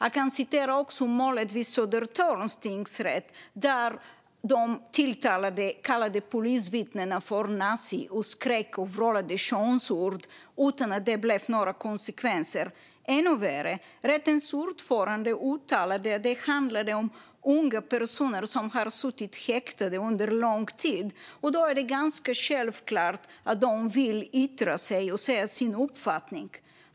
Jag kan även hänvisa till målet vid Södertörns tingsrätt där de tilltalade kallade polisvittnena för nazister och skrek och vrålade könsord utan att det fick några konsekvenser. Ännu värre var att rättens ordförande uttalade att det handlade om unga personer som har suttit häktade under lång tid och att det då är ganska självklart att de vill yttra sig och säga sin uppfattning.